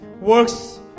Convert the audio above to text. works